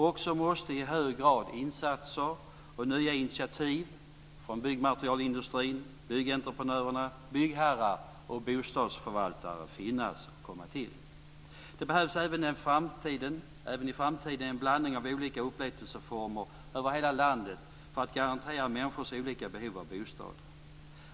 Också måste i hög grad insatser och nya initiativ från byggmaterielindustrin, byggentreprenörerna, byggherrar och bostadsförvaltare finnas och komma till. Det behövs även i framtiden en blandning av olika upplåtelseformer över hela landet för att garantera människors olika behov av bostad.